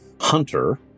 Hunter